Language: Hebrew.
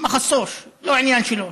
לא נוגע לו,) לא עניין שלו,